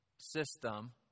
system